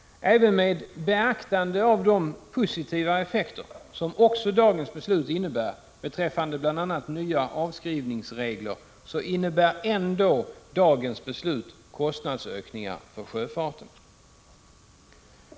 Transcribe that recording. Även med beaktande av de positiva effekter som dagens beslut innebär beträffande bl.a. nya avskrivningsregler så leder beslutet också till kostnadsökningar för sjöfarten.